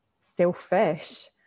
selfish